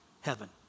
heaven